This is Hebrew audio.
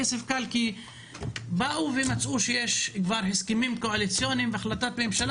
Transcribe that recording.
כסף קל כי באו ומצאו שיש כבר הסכמים קואליציוניים והחלטת ממשלה